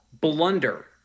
blunder